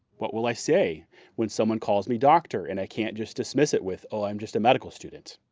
what will i say when someone calls me doctor and i can't just dismiss it with oh i'm just a medical student.